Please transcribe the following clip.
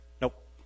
Nope